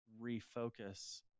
refocus